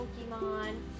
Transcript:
Pokemon